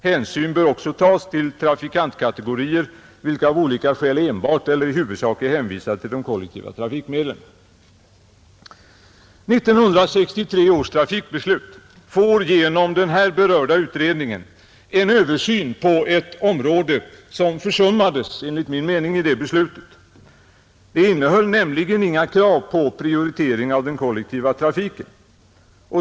Hänsyn bör också tas till trafikantkategorier vilka av olika skäl enbart eller i huvudsak är hänvisade till de 1963 års trafikbeslut får genom den här berörda utredningen en Torsdagen den översyn på ett område som enligt min mening försummades vid det 13 maj 1971 tillfället — beslutet innehöll nämligen inga krav på prioriteringar av den. In oo0 kollektiva trafiken.